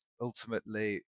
ultimately